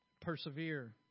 Persevere